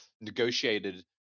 negotiated